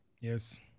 Yes